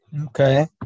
Okay